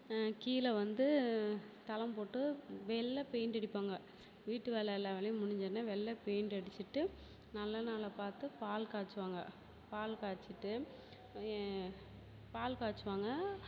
கீழ வந்து தளம் போட்டு வெள்ளை பெயிண்ட் அடிப்பாங்க வீட்டு வேலை எல்லா வேலையும் முடிஞ்சோன்னே வெள்ளை பெயிண்ட் அடிச்சிவிட்டு நல்ல நாளாக பார்த்து பால் காய்ச்சுவாங்க பால் காய்ச்சிட்டு பால் காய்ச்சுவாங்க